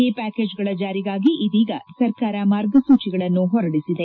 ಈ ಪ್ಯಾಕೇಜ್ಗಳ ಜಾರಿಗಾಗಿ ಇದೀಗ ಸರ್ಕಾರ ಮಾರ್ಗಸೂಚಿಗಳನ್ನು ಹೊರಡಿಸಿದೆ